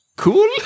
cool